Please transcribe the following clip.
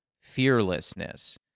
fearlessness